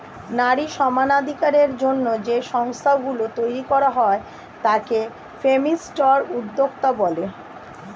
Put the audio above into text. নারী সমানাধিকারের জন্য যে সংস্থা গুলো তৈরী করা হয় তাকে ফেমিনিস্ট উদ্যোক্তা বলে